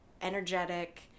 energetic